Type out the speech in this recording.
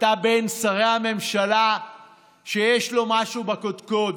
אתה בין שרי הממשלה שיש לו משהו בקודקוד,